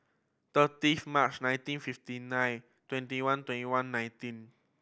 thirtieth March nineteen fifty nine twenty one twenty one nineteen